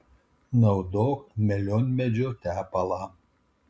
naudok melionmedžio tepalą